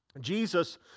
Jesus